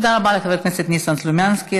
תודה רבה לחבר הכנסת ניסן סלומינסקי.